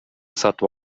сатып